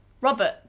Robert